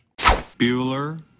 Bueller